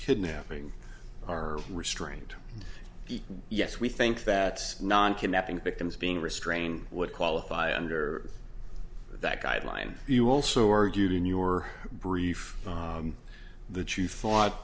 kidnapping are restrained yes we think that non kidnapping victims being restrained would qualify under that guideline you also argued in your brief that you thought